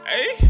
Hey